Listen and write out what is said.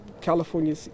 California